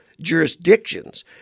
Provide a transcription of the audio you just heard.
jurisdictions